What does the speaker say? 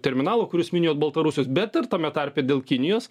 terminalo kur jūs minėjot baltarusius bet ir tame tarpe dėl kinijos